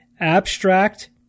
abstract